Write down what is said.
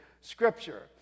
Scripture